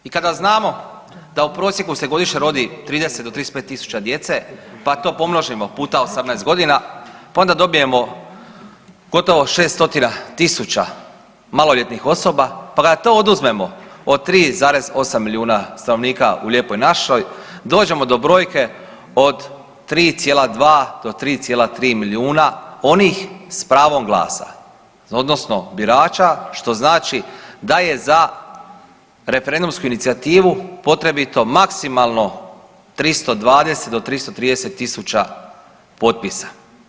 I kada znamo da u prosjeku se godišnje rodi 30 do 35.000 djece pa to pomnožimo puta 18 godina pa onda dobijemo gotovo 600.000 maloljetnih osoba pa kada to oduzmemo od 3,8 milijuna stanovnika u lijepoj našoj dođemo do brojke od 3,2 do 3,3 milijuna onih s pravom glasa odnosno birača što znači da je za referendumsku inicijativu potrebito maksimalno 320 do 330.000 potpisa.